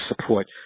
support